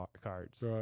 cards